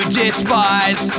despise